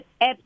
apps